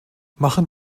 machen